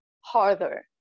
harder